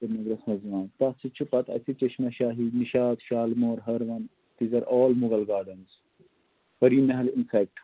سریٖنگرَس منٛز یِوان تَتھ سۭتۍ چھِ پَتہٕ اَسہِ Chashma Shahi Nishat Shalimar Harwan these are all Mughal gardens Pari Mahal in fact